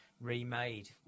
remade